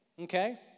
Okay